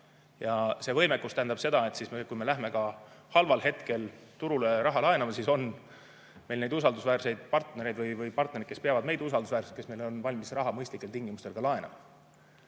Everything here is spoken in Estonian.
See võimekus tähendab seda, et kui me lähme ka halval hetkel turul raha laenama, siis on meil need usaldusväärsed partnerid, kes peavad meid usaldusväärseks, kes on valmis raha mõistlikel tingimustel laenama.